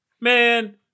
man